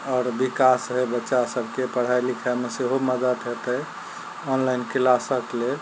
आओर विकास होइ बच्चा सबके पढ़ाइ लिखाइमे सेहो मदद हेतय ऑनलाइन क्लासक लेल